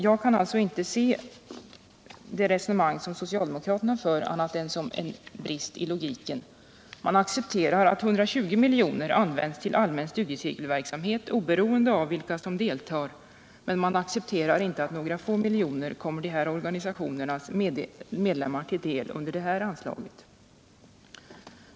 Jag kan därför inte betrakta socialdemokraternas resonemang som annat än bristfälligt, logiskt sett. Man accepterar att 120 milj.kr. används till allmän studiecirkelverksamhet oberoende av vilka som deltar, men man accepterar inte att några få miljoner kommer dessa organisationers medlemmar till del under det här anslaget.